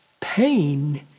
Pain